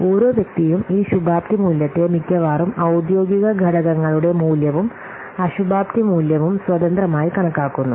ഓരോ വ്യക്തിയും ഈ ശുഭാപ്തി മൂല്യത്തെ മിക്കവാറും ഔദ്യോഗിക ഘടകങ്ങളുടെ മൂല്യവും അശുഭാപ്തി മൂല്യവും സ്വതന്ത്രമായി കണക്കാക്കുന്നു